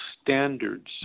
standards